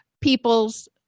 people's